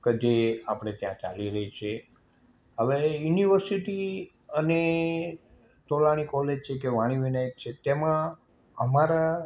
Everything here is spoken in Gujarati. કે જે આપણે ત્યાં ચાલી રહી છે હવે ઉનિવર્સિટી અને તોલાણી કૉલેજ છે કે વાણી વિનાયક છે તેમાં અમારા